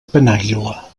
penàguila